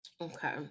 Okay